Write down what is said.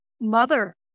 Mother